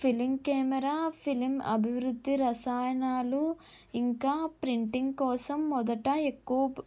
film camera film అభివృద్ధి రసాయనాలు ఇంకా ప్రింటింగ్ కోసం మొదట ఎక్కువ